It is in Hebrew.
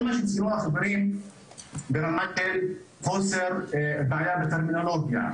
כל מה שציינו החברים ברמת בעיה בטרמינולוגיה,